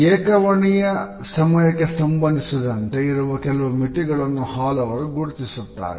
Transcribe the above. ಏಕ ವರ್ಣೀಯ ಸಮಯಕ್ಕೆ ಸಂಬಂಧಿಸಿದಂತೆ ಇರುವ ಕೆಲವು ಮಿತಿಗಳನ್ನು ಹಾಲ್ ಅವರು ಗುರುತಿಸುತ್ತಾರೆ